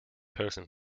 person